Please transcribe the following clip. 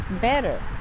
better